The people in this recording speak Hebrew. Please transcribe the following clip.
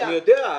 אני יודע,